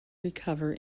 recover